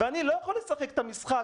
ואני לא יכול לשחק את המשחק,